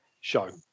show